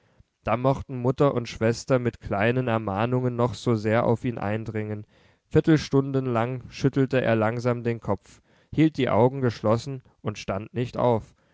da mochten mutter und schwester mit kleinen ermahnungen noch so sehr auf ihn eindringen viertelstundenlang schüttelte er langsam den kopf hielt die augen geschlossen und stand nicht auf